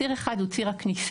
הציר הראשון הוא ציר הכניסה,